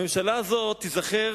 הממשלה הזאת תיזכר